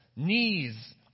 Knees